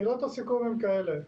מילות הסיכום הן כאלה: